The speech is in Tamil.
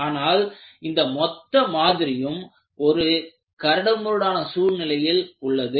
ஆனால் இந்த மொத்த மாதிரியும் ஒரு கரடுமுரடான சூழ்நிலையில் உள்ளது